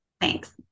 Thanks